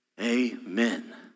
amen